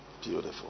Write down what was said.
Beautiful